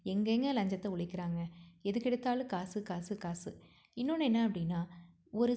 எங்கேங்க லஞ்சத்தை ஒழிக்கிறாங்க எதுக்கெடுத்தாலும் காசு காசு காசு இன்னொன்று என்ன அப்படின்னா ஒரு